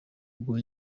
ubwo